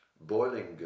boiling